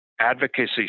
Advocacy